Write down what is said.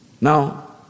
Now